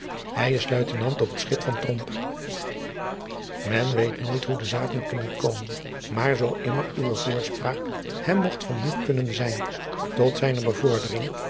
ij is uitenant op het schip van en weet nooit hoe de zaken kunnen komen maar zoo immer uwe voorspraak hem mogt van nut kunnen zijn tot zijne bevordering